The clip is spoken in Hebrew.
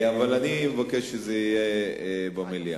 אבל אני אבקש שזה יהיה במליאה.